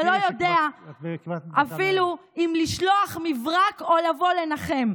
ולא יודע אפילו אם לשלוח מברק או לבוא לנחם.